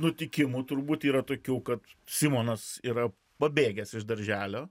nutikimų turbūt yra tokių kad simonas yra pabėgęs iš darželio